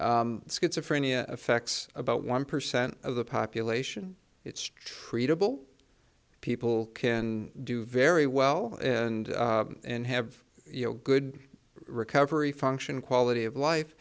schizophrenia schizophrenia affects about one percent of the population it's treatable people can do very well and and have you know good recovery function quality of life